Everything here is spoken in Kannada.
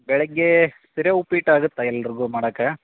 ಬೆಳಗ್ಗೆ ಸಿರೆ ಉಪ್ಪಿಟ್ಟು ಆಗುತ್ತೆ ಎಲ್ಲರಿಗು ಮಾಡಾಕ